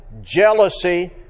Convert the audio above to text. jealousy